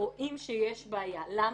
רואים שיש בעיה, למה?